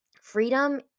freedom